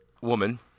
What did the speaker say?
woman